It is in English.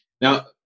Now